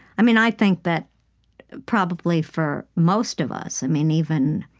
i mean, i think that probably for most of us, i mean, even